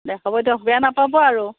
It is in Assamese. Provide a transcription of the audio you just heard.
দেখাবই দিয়ক বেয়া নাপাব আৰু